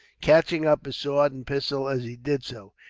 catching up his sword and pistol as he did so.